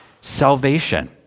salvation